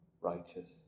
righteous